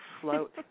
float